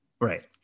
Right